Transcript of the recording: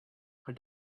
her